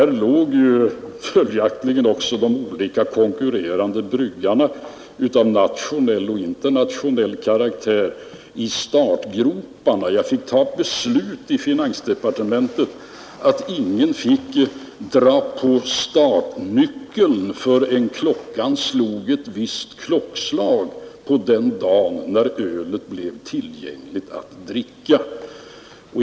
Följaktligen låg de olika konkurrerande bryggarna av nationell och internationell karaktär i startgroparna. Jag fick i finansdepartementet fatta ett beslut om att ingen fick vrida om startnyckeln förrän vid ett visst klockslag den dag när ölet blev tillgängligt att dricka.